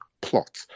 plot